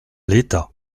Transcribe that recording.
l’état